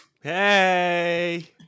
hey